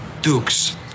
Dukes